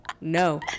no